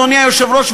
אדוני היושב-ראש,